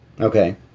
Okay